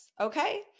okay